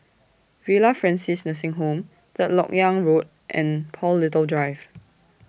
Villa Francis Nursing Home Third Lok Yang Road and Paul Little Drive